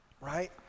right